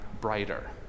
brighter